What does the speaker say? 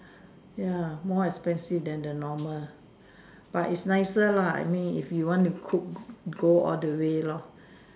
ya more expensive than the normal but is nicer lah I mean if you want to cook go all the way lor